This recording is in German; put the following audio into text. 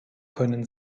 können